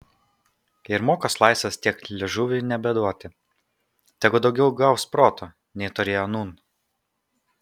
ir mokos laisvės tiek liežuviui nebeduoti tegu daugiau gaus proto nei turėjo nūn